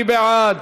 מי בעד?